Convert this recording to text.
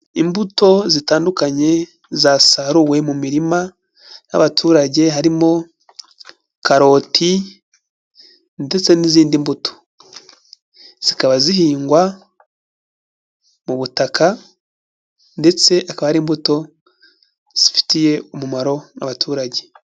Imbuto zitandukanye zasaruwe mu mirima, y'abaturage harimo karoti, ndetse n'izindi mbuto, zikaba zihingwa mu butaka, ndetse akaba ari imbuto zifitiye umumaro abaturage.